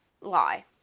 lie